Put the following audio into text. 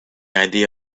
idea